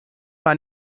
war